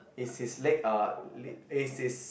is his leg uh is his